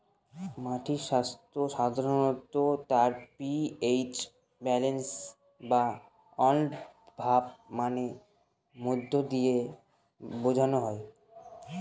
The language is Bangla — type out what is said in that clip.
মাটির স্বাস্থ্য সাধারনত তার পি.এইচ ব্যালেন্স বা অম্লভাব মানের মধ্যে দিয়ে বোঝা যায়